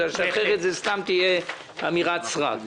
כי אחרת זו סתם תהיה אמירת סרק.